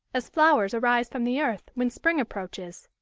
as flowers arise from the earth when spring approaches.